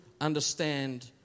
understand